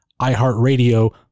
iHeartRadio